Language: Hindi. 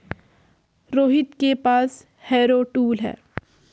रोहित के पास हैरो टूल है